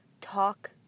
talk